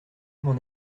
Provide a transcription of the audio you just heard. mon